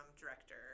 director